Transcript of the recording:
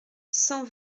cent